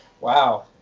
Wow